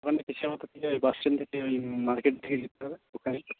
বাসস্ট্যান্ডের থেকে ওই মার্কেট থেকে যেতে হবে ওখানেই